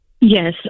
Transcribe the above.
Yes